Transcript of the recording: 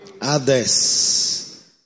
Others